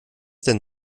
denn